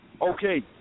okay